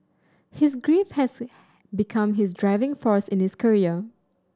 his grief has become his driving force in this career